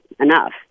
enough